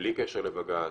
בלי קשר לבג"צ,